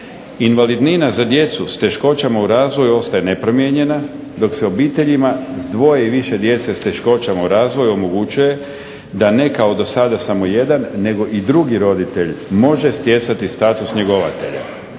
Invalidnina za djecu s teškoćama u razvoju ostaje nepromijenjena, dok se obiteljima s dvoje i više djece s teškoćama u razvoju omogućuje da ne kao do sada samo jedan nego i drugi roditelj može stjecati status njegovatelja.